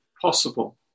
possible